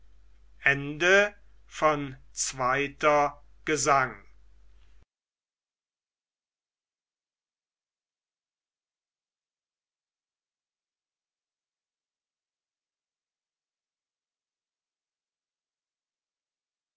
gesang zweiter gesang